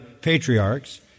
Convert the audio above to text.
patriarchs